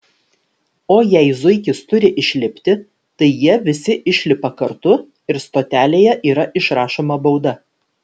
o jei zuikis turi išlipti tai jie visi išlipa kartu ir stotelėje yra išrašoma bauda